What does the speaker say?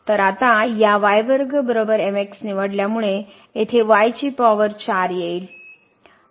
तर आता यानिवडल्यामुळेयेथे y ची पॉवर 4 येईल